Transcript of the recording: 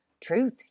truth